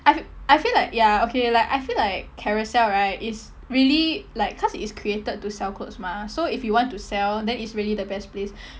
I f~ I feel like ya okay like I feel like carousell right is really like cause it's created to sell clothes mah so if you want to sell then it's really the best place